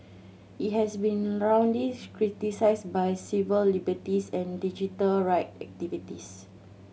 it has been roundly criticised by civil liberties and digital right activists